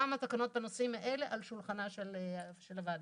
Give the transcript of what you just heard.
גם התקנות בנושאים האלה על שולחנה של הוועדה.